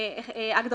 1. הגדרות.